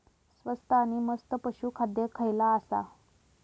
स्वस्त आणि मस्त पशू खाद्य खयला आसा?